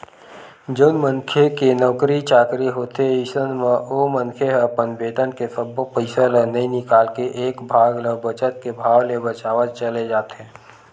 जउन मनखे के नउकरी चाकरी होथे अइसन म ओ मनखे ह अपन बेतन के सब्बो पइसा ल नइ निकाल के एक भाग ल बचत के भाव ले बचावत चले जाथे